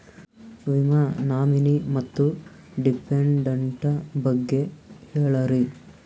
ವಿಮಾ ನಾಮಿನಿ ಮತ್ತು ಡಿಪೆಂಡಂಟ ಬಗ್ಗೆ ಹೇಳರಿ?